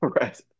Right